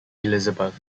elizabeth